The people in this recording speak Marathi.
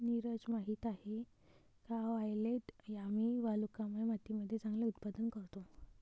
नीरज माहित आहे का वायलेट यामी वालुकामय मातीमध्ये चांगले उत्पादन करतो?